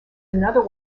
another